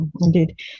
Indeed